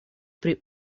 pri